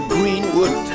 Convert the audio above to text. Greenwood